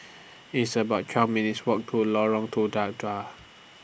It's about twelve minutes' Walk to Lorong Tuda Dua